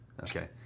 Okay